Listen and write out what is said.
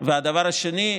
והדבר שני,